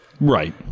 Right